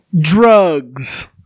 Drugs